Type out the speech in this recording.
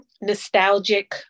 nostalgic